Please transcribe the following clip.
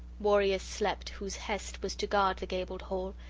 warriors slept whose hest was to guard the gabled hall,